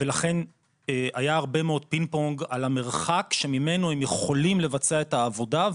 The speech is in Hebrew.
ולכן היה הרבה מאוד פינג פונג על המרחק שממנו הם יכולים לבצע את העבודה,